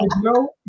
No